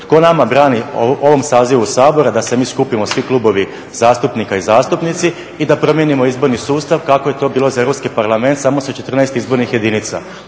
Tko nama brani u ovom sazivu Sabora da se mi skupimo svi klubovi zastupnika i zastupnica i da promijenimo izborni sustav kako je to bilo za Europski parlament samo sa 14 izbornih jedinica,